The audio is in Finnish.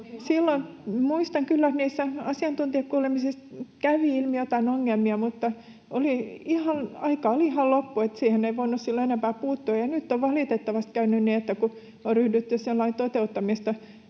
niissä asiantuntijakuulemisissa kävi ilmi joitain ongelmia, mutta aika oli ihan loppu, että siihen ei voinut silloin enempää puuttua. Ja nyt on valitettavasti käynyt niin, että kun on ryhdytty sen lain toteuttamista